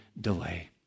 delay